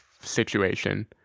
situation